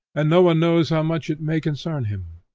and no one knows how much it may concern him.